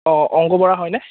অঁ অংকু বৰা হয়নে